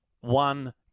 one